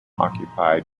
occupied